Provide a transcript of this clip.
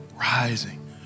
rising